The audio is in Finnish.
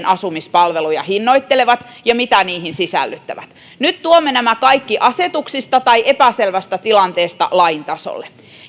asumispalveluja hinnoittelevat ja mitä niihin sisällyttävät nyt tuomme nämä kaikki asetuksista tai epäselvästä tilanteesta lain tasolle